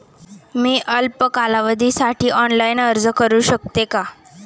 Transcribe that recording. मी अल्प कालावधीसाठी ऑनलाइन अर्ज करू शकते का?